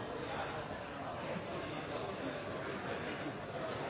jeg takke for